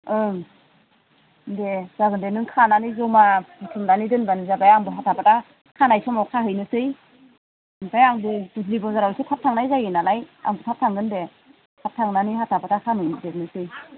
ओं दे जागोन दे नों खानानै जमा बुथुमनानै दोनब्लानो जाबाय आंबो हाथा खाथा खानाय समाव खाहैनोसै ओमफ्राय आंबो उज्लि बजाराव एसे थाब थांनाय जायो नालाय आं थाब थांगोन दे थाब थांनानै हाथा फाथा खाहैदेरनोसै